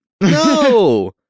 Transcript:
No